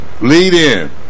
lead-in